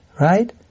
right